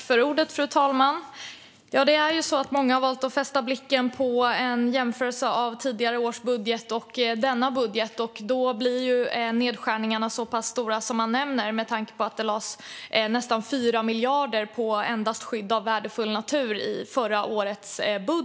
Fru talman! Många har valt att fästa blicken vid en jämförelse mellan tidigare års budget och denna, och då blir nedskärningarna så stora som man nämner eftersom det i förra årets budget lades nästan 4 miljarder enbart på skydd av värdefull natur.